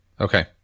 Okay